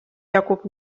jagub